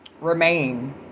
remain